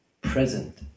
present